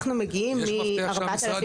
אנחנו מגיעים מ-4,500.